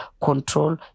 control